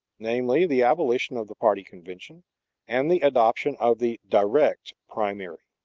namely, the abolition of the party convention and the adoption of the direct primary.